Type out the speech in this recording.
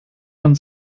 man